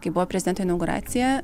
kai buvo prezidento inauguracija